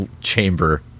chamber